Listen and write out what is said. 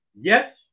Yes